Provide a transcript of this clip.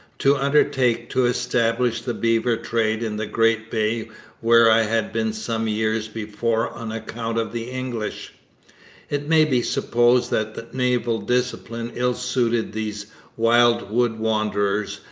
to undertake to establish the beaver trade in the great bay where i had been some years before on account of the english it may be supposed that naval discipline ill-suited these wild wood-wanderers,